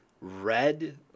red